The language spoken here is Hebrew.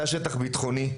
תא שטח בטחוני,